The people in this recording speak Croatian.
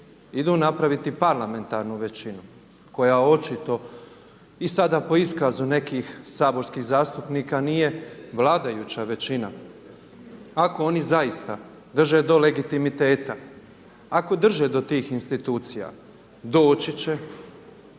idu napraviti parlamentarnu većinu koja očito i sada po iskazu nekih saborskih zastupnika nije vladajuća većina, ako oni zaista drže do legitimiteta, ako drže do tih institucija, doći će,